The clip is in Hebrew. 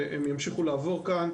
הם ימשיכו לעבור כאן.